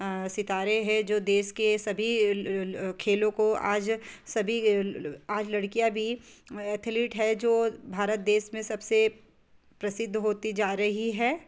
सितारे हैं जो देश के सभी खेलों को आज सभी आज लड़कियाँ भी एथलीट है जो भारत देश में सबसे प्रसिद्ध होती जा रही हैं